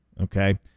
Okay